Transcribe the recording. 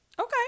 Okay